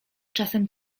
czasem